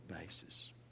basis